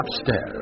upstairs